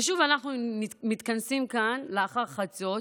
ושוב אנחנו מתכנסים כאן לאחר חצות,